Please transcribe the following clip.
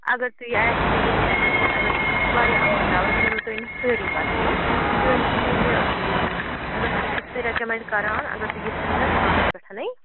اگر تُہۍ یہِ اَتہِ تھٲیِو یہِ کۭتِس اگر تُہۍ یہِ چھُ واریاہ اَصٕل دوا یہِ نِنو تُہۍ نِش سٲری پَتہٕ یِم تُہۍ ؤنۍ تو مےٚ یہِ اگر تُہۍ یہِ بہٕ چھِسے رٮ۪کمنٛڈ کَران اگر تُہۍ یہِ تھٲیِو نا دُکانَس پٮ۪ٹھَنَے